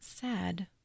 sad